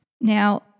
Now